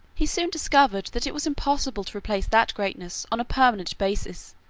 he soon discovered that it was impossible to replace that greatness on a permanent basis,